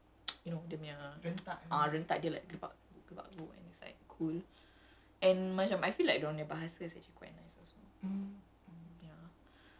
it's not as tacky as like E_D_M macam ada like dia punya ah rentak ah dia like kebak kebak means like cool